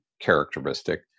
characteristic